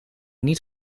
niet